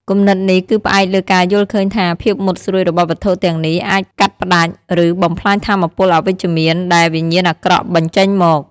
គំនិតនេះគឺផ្អែកលើការយល់ឃើញថា ភាពមុតស្រួចរបស់វត្ថុទាំងនេះអាចកាត់ផ្តាច់ ឬបំផ្លាញថាមពលអវិជ្ជមានដែលវិញ្ញាណអាក្រក់បញ្ចេញមក។